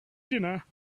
dinner